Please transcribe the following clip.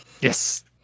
Yes